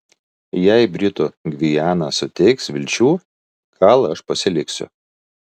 jei britų gviana suteiks vilčių gal aš pasiliksiu